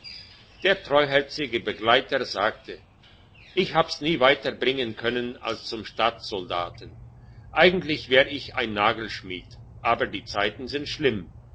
der treuherzige begleiter sagte ich hab's nie weiter bringen können als zum stadtsoldaten eigentlich wär ich ein nagelschmied aber die zeiten sind schlimm